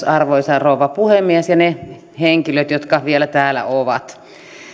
arvoisa rouva puhemies ja ne henkilöt jotka vielä täällä ovat